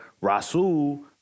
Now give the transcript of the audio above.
Rasul